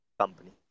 company